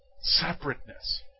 Separateness